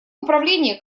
управление